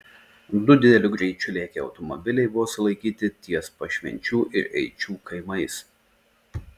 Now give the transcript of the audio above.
du dideliu greičiu lėkę automobiliai buvo sulaikyti ties pašvenčių ir eičių kaimais